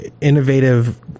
innovative